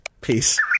Peace